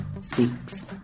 speaks